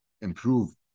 improve